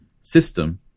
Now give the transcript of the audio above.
system